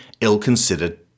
ill-considered